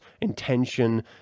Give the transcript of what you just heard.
intention